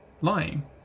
lying